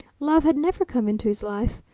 love had never come into his life.